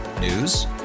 News